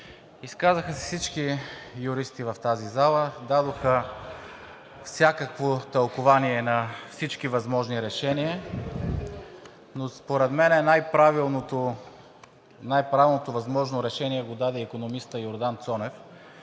Изказаха се всички юристи в тази зала, дадоха всякакво тълкувание на всички възможни решения, но според мен най-правилното възможно решение го даде икономистът Йордан Цонев,